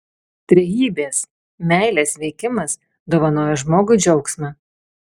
trejybės meilės veikimas dovanoja žmogui džiaugsmą